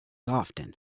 often